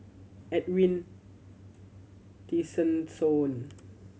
Edwin Tessensohn